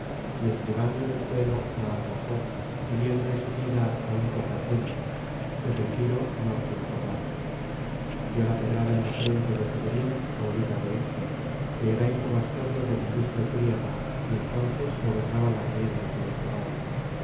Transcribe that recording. y estribando en el suelo la arrojó hiriendo en seguida á un combatiente pues el tiro no resultó vano dio la pedrada en la frente de cebrión auriga de héctor que era hijo bastardo del ilustre príamo y entonces gobernaba las riendas de los caballos